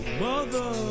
Mother